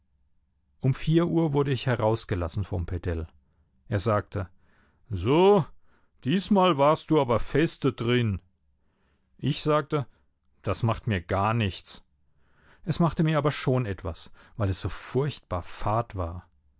um vier uhr wurde ich herausgelassen vom pedell er sagte so diesmal warst du aber feste drin ich sagte das macht mir gar nichts es machte mir aber schon etwas weil es so furchtbar fad war